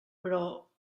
però